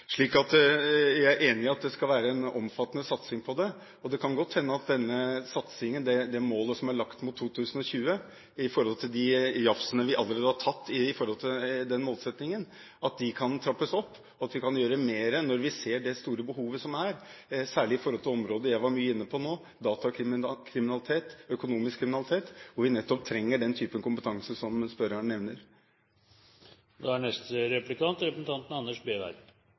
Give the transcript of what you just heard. jeg er enig i at det skal være en omfattende satsing. Det kan godt hende at denne satsingen – den planen som er lagt mot 2020 i forhold til de jafsene vi allerede har tatt når det gjelder målsettingen – kan trappes opp, og at vi kan gjøre mer når vi ser det store behovet, særlig på det området jeg var mye inne på nå, datakriminalitet og økonomisk kriminalitet, hvor vi nettopp trenger den typen kompetanse som spørreren nevner. Saksordføreren ga en god gjennomgang av saken, i den grad 10 minutter er